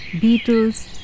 beetles